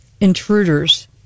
intruders